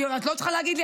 את לא צריכה להגיד לי.